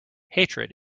hatred